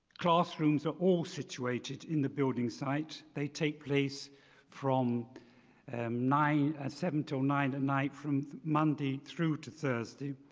classrooms are all situated in the building site. they take place from um nine ah seven until nine, a night from monday through to thursday.